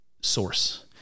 source